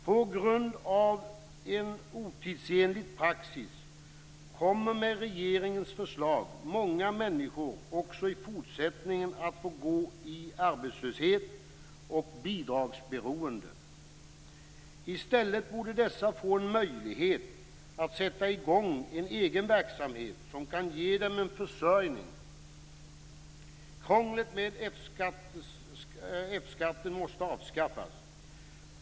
På grund av en otidsenlig praxis kommer, med regeringens förslag, många människor också i fortsättningen att få gå i arbetslöshet och bidragsberoende. I stället borde dessa få en möjlighet att sätta i gång en egen verksamhet som kan ge dem en försörjning. Krånglet med F-skatten måste avskaffas.